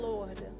Lord